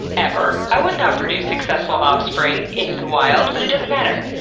ever. i would not produce successful offspring in the wild, but it doesn't matter.